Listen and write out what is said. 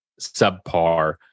subpar